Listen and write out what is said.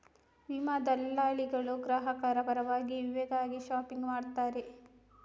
ವಿಮಾ ದಲ್ಲಾಳಿಗಳು ಗ್ರಾಹಕರ ಪರವಾಗಿ ವಿಮೆಗಾಗಿ ಶಾಪಿಂಗ್ ಮಾಡುತ್ತಾರೆ